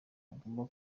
agomba